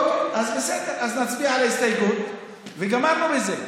אז בסדר, אז נצביע על ההסתייגות וגמרנו עם זה.